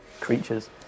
creatures